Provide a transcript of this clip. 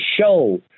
show